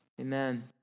Amen